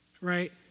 right